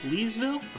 Leesville